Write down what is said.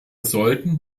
sollten